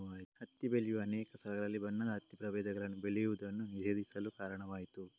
ಹತ್ತಿ ಬೆಳೆಯುವ ಅನೇಕ ಸ್ಥಳಗಳಲ್ಲಿ ಬಣ್ಣದ ಹತ್ತಿ ಪ್ರಭೇದಗಳನ್ನು ಬೆಳೆಯುವುದನ್ನು ನಿಷೇಧಿಸಲು ಕಾರಣವಾಯಿತು